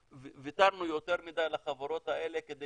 ויתרנו יותר מדי לחברות האלה כדי